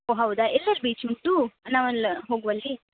ಓ ಹೌದಾ ಎಲ್ಲೆಲ್ಲಿ ಬೀಚ್ ಉಂಟು ನಾವು ಅಲ್ಲಿ ಹೋಗುವಲ್ಲಿ